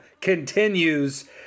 continues